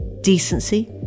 decency